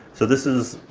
so this is,